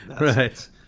Right